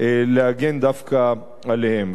להגן דווקא עליהן.